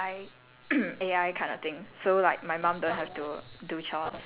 I think I'll probably change into like a smart home A_I